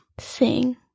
Sing